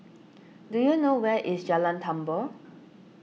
do you know where is Jalan Tambur